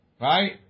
Right